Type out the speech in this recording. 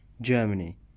Germany